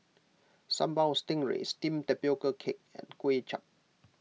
Sambal Stingray Steamed Tapioca Cake and Kuay Chap